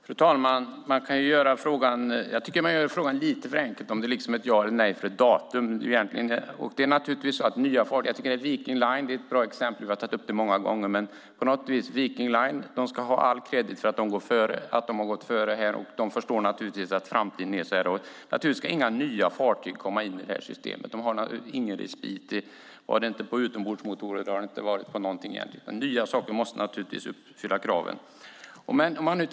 Fru talman! Man gör frågan lite för enkel. Det handlar om ja eller nej till ett datum. Viking Line är ett bra exempel som vi har tagit upp många gånger. Viking Line ska ha all kredit för att de har gått före, och de förstår naturligtvis hurdan framtiden är. Naturligtvis ska inga nya fartyg komma in i det här systemet. De har ingen respit. Det hade man inte för utombordsmotorer och egentligen inte för någonting alls. Nya saker måste naturligtvis uppfylla kraven.